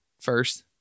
first